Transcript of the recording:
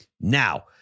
now